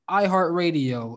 iHeartRadio